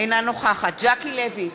אינה נוכחת ז'קי לוי,